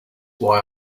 why